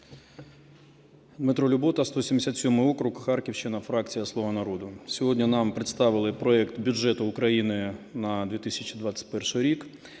Дмитро Любота, 177-й округ, Харківщина, фракція "Слуга народу". Сьогодні нам представили проект бюджету України на 2021 рік,